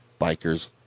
bikers